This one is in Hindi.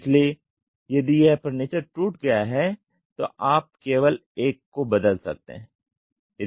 इसलिए यदि यह फर्नीचर टूट गया है तो आप केवल एक को बदल सकते हैं